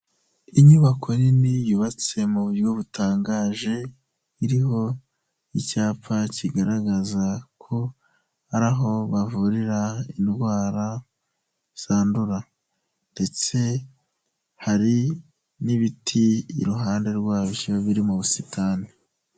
Inyubako nini yubatse mu buryo butangaje, iriho icyapa kigaragaza ko hari aho bavurira indwara zandura ndetse hari n'ibiti iruhande rwabyo, biri mu busitani.